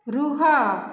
ରୁହ